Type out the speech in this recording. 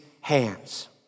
hands